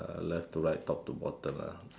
left to right to to bottom ah